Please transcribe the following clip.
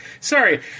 sorry